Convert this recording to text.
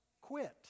Quit